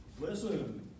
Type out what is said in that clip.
Listen